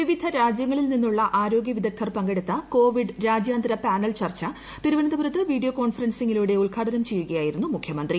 വിവിധ രാജ്യങ്ങളിൽ നിന്നുള്ള ആരോഗ്യവിദഗ്ധർ പങ്കെടുത്ത കോവിഡ് രാജ്യാന്തര പാനൽ ചർച്ച തിരുവനന്തപുരത്ത് വീഡിയോ കോൺഫറൻസിംഗിലൂടെ ഉദ്ഘാടനം ചെയ്യുകയായിരുന്നു മുഖ്യമന്ത്രി